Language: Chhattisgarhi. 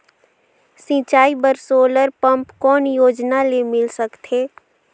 सिंचाई बर सोलर पम्प कौन योजना ले मिल सकथे?